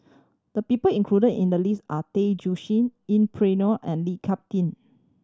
the people included in the list are Tay Joo Shin Yeng Pway Ngon and Lee Cut Tieng